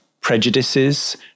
prejudices